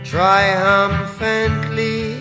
Triumphantly